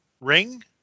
ring